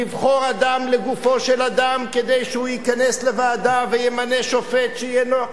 לבחור אדם לגופו של אדם כדי שהוא ייכנס לוועדה וימנה שופט שיהיה לו,